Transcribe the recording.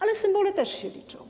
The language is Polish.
Ale symbole też się liczą.